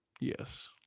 Yes